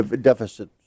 deficit